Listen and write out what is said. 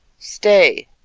stay,